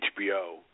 HBO